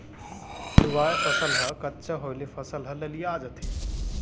लूवाय फसल ह कच्चा होय ले फसल ह ललिया जाथे